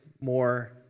more